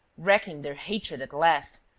wreaking their hatred at last,